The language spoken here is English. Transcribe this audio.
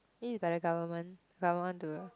this is by the government but I want to